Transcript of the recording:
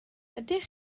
ydych